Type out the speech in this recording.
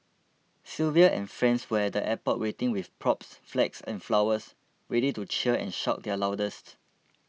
Sylvia and friends were at the airport waiting with props flags and flowers ready to cheer and shout their loudest